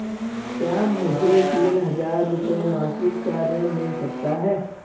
क्या मुझे तीन हज़ार रूपये मासिक का ऋण मिल सकता है?